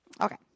Okay